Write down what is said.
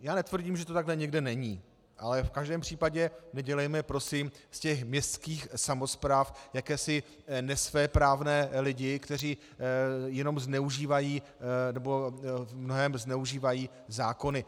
Já netvrdím, že to takhle někde není, ale v každém případě nedělejme prosím z městských samospráv jakési nesvéprávné lidi, kteří jenom zneužívají, nebo v mnohém zneužívají zákony.